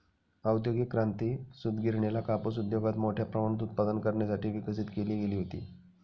औद्योगिक क्रांती, सूतगिरणीला कापूस उद्योगात मोठ्या प्रमाणात उत्पादन करण्यासाठी विकसित केली गेली होती